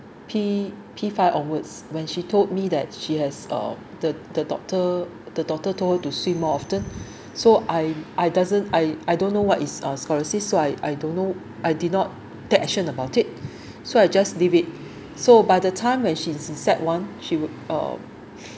P P five onwards when she told me that she has uh the the doctor the doctor told her to see more often so I I I doesn't I I don't know what is uh scoliosis so I I don't know I did not take action about it so I just leave it so by the time when she's sec one she would uh